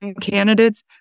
candidates